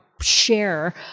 Share